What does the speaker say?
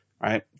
Right